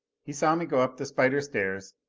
he saw me go up the spider stairs.